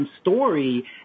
story